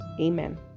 amen